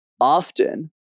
often